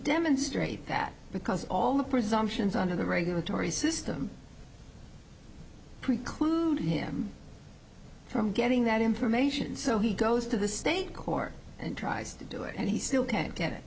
demonstrate that because all the presumptions under the regulatory system preclude him from getting that information so he goes to the state court and tries to do it and he still can't get